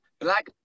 black